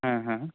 ಹಾಂ ಹಾಂ